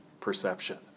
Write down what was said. perception